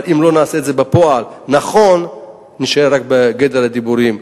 אבל אם לא נעשה את זה בפועל נכון נישאר רק בגדר הדיבורים.